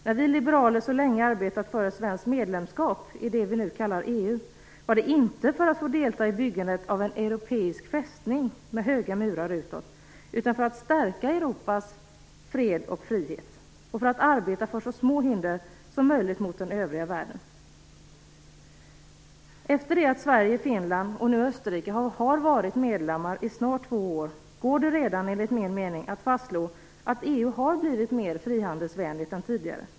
När vi liberaler så länge arbetade för ett svenskt medlemskap i det vi nu kallar EU, var det inte för att får delta i byggandet av en europeisk fästning med höga murar utåt, utan för att stärka Europas fred och frihet och för att arbeta för så små hinder som möjligt mot den övriga världen. Efter det att Sverige, Finland och Österrike nu varit medlemmar i snart två år, går det redan, enligt min mening, att fastslå att EU har blivit mer frihandelsvänligt än tidigare.